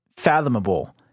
Fathomable